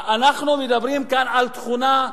אנחנו מדברים כאן על תכונה,